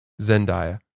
Zendaya